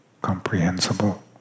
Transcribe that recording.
comprehensible